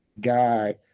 guy